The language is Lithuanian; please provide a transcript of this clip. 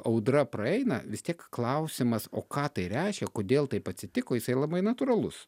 audra praeina vis tiek klausimas o ką tai reiškia kodėl taip atsitiko jisai labai natūralus